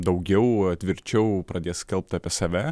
daugiau tvirčiau pradės skelbt apie save